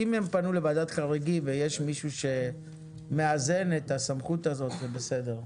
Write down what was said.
אם הם פנו לוועדת חריגים ויש מישהו שמאזן את הסמכות הזאת זה בסדר.